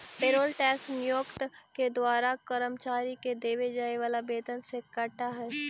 payroll tax नियोक्ता के द्वारा कर्मचारि के देवे जाए वाला वेतन से कटऽ हई